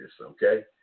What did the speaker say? okay